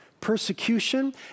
persecution